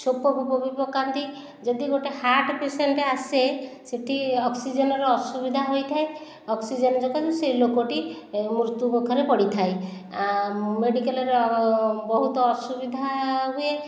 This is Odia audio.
ଛେପଫେପ ବି ପକାନ୍ତି ଯଦି ଗୋଟିଏ ହାର୍ଟ ପେସେଣ୍ଟ ଆସେ ସେଠି ଅକ୍ସିଜେନର ଅସୁବିଧା ହୋଇଥାଏ ଅକ୍ସିଜେନ ସକାଶେ ସେଇ ଲୋକଟି ମୃତ୍ୟୁ ମୁଖରେ ପଡ଼ିଥାଏ ମେଡିକାଲର ବହୁତ ଅସୁବିଧା ହୁଏ